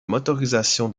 motorisation